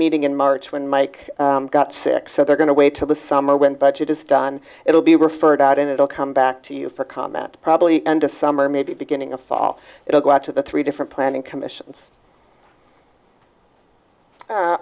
meeting in march when mike got sick so they're going to wait till the summer when budget is done it will be referred out and it'll come back to you for comment probably end of summer maybe beginning of fall it will go out to the three different planning commissions